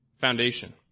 foundation